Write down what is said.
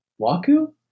Waku